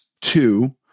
two